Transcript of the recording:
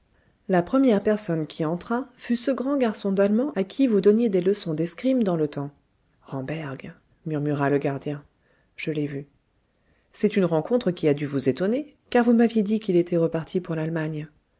la première personne qui entra fut ce grand garçon d'allemand à qui vous donniez des leçons d'escrime dans le temps ramberg murmura le gardien je l'ai vu c'est une rencontre qui a dû vous étonner car vous m'aviez dit qu'il était reparti pour l'allemagne